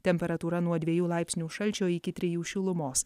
temperatūra nuo dviejų laipsnių šalčio iki trijų šilumos